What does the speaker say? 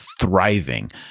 thriving